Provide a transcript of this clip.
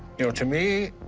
you know, to me,